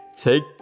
Take